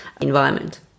environment